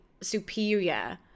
superior